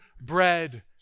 bread